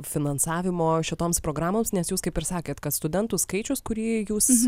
finansavimo šitoms programoms nes jūs kaip ir sakėt kad studentų skaičius kurį jūs